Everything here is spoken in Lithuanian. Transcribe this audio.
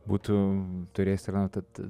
būtų turėjęs tarnauti